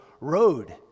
road